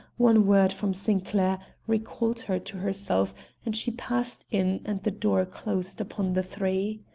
one word from sinclair, recalled her to herself and she passed in and the door closed upon the three.